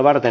asia